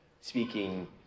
speaking